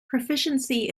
proficiency